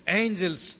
angels